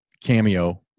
cameo